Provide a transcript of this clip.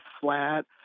flat